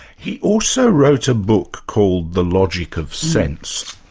he also wrote a book called the logic of sense.